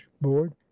board